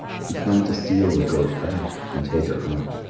he planned to steal the goat back and take her home.